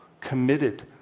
committed